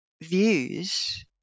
views